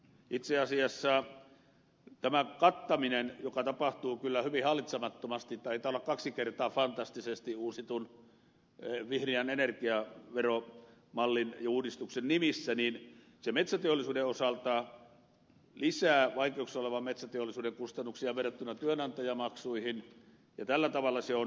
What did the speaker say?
itse asiassa tämä kattaminen joka tapahtuu kyllä hyvin hallitsemattomasti taitaa olla kaksi kertaa fantastisesti uusitun vihreän energiaveromallin ja uudistuksen nimissä metsäteollisuuden osalta lisää vaikeuksissa olevan metsäteollisuuden kustannuksia verrattuna työnantajamaksuihin ja tällä tavalla se on epäonnistunut